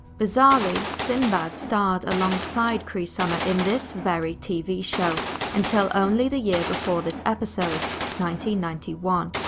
bizarrely, sinbad starred alongside cree summer in this very tv show until only the year before this episode ninety ninety one.